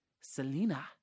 Selena